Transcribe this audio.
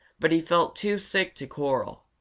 but he felt too sick to quarrel.